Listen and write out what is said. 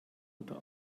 oder